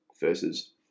versus